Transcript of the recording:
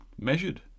measured